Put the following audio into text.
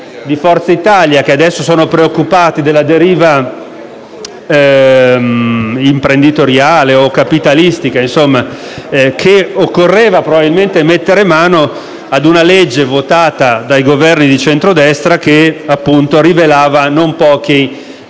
di Forza Italia - che adesso sono preoccupati della deriva imprenditoriale o capitalistica, che occorreva probabilmente mettere mano ad una legge - votata dai Governi di centrodestra - che, appunto, rivelava non pochi